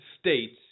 states